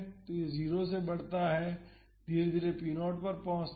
तो यह 0 से बढ़ता है और धीरे धीरे यह p0 पर पहुंच जाता है